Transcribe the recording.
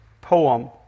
poem